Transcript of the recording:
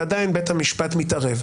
ועדיין בית המשפט מתערב.